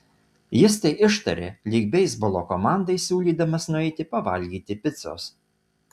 jis tai ištarė lyg beisbolo komandai siūlydamas nueiti pavalgyti picos